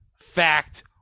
fact